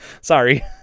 sorry